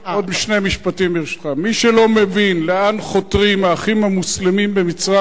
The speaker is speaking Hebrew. מי שלא מבין לאן חותרים "האחים המוסלמים" במצרים,